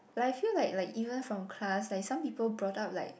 but I feel like like even from class like some people brought up like